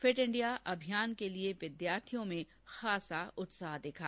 fit India अभियान के लिए विद्यार्थियों में खासा उत्साह दिखा